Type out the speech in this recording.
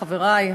חברי,